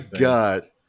God